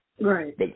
Right